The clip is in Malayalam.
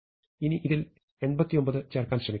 ഇനി ഇതിൽ 89 ചേർക്കാൻ ശ്രമിക്കണം